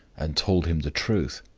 and told him the truth.